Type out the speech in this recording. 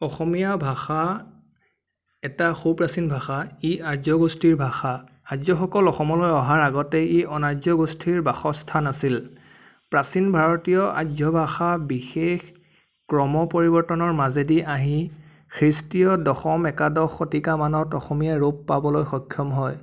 অসমীয়া ভাষা এটা সু প্ৰাচীন ভাষা ই আৰ্য গোষ্ঠীৰ ভাষা আৰ্যসকল অসমলৈ অহাৰ আগতেই ই অনাৰ্য গোষ্ঠীৰ বাসস্থান আছিল প্ৰাচীন ভাৰতীয় আৰ্য ভাষা বিশেষ ক্ৰম পৰিৱৰ্তনৰ মাজেৰে আহি খ্ৰীষ্টীয় দশম একাদশ শতিকা মানত অসমীয়া ৰূপ পাবলৈ সক্ষম হয়